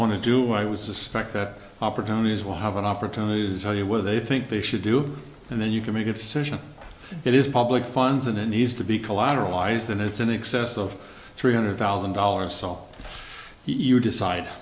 want to do i was suspect that opportunities will have an opportunity to sell you with they think they should do and then you can make a decision it is public funds and it needs to be collateralized and it's in excess of three hundred thousand dollars saw you decide